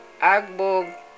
Agbo